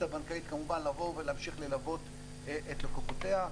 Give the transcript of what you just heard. הבנקאית כמובן לבוא ולהמשיך ללוות את לקוחותיה.